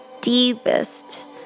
deepest